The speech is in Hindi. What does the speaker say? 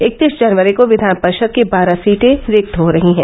इकतीस जनवरी को विधान परिषद की बारह सीटें रिक्त हो रहीं हैं